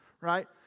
right